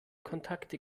kontakte